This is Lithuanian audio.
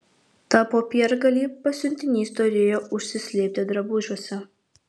tą popiergalį pasiuntinys turėjo užsislėpti drabužiuose